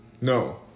No